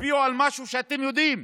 תצביעו על משהו שאתם יודעים.